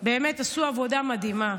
באמת עשו עבודה מדהימה,